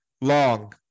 long